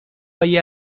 هایی